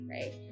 right